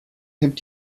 hemmt